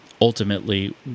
ultimately